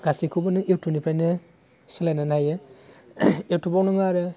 गासिखौबो नों इउटुबनिफ्राइनो सिलायनानै लायो इउटुबाव नोङो आरो